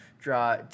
draw